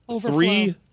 three